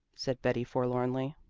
said betty forlornly.